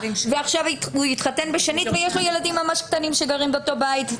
ועכשיו הוא התחתן בשנית ויש לו ילדים ממש קטנים שגרים באותו בית,